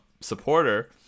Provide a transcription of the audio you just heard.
supporter